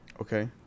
Okay